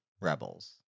Rebels